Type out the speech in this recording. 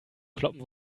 kloppen